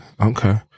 Okay